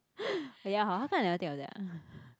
ya hor how come I never think of that ah